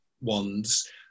ones